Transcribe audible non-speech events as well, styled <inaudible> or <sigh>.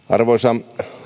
<unintelligible> arvoisa